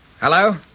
Hello